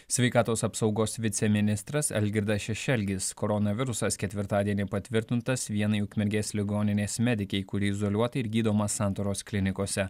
sveikatos apsaugos viceministras algirdas šešelgis koronavirusas ketvirtadienį patvirtintas vienai ukmergės ligoninės medikei kuri izoliuota ir gydoma santaros klinikose